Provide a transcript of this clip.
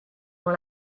dans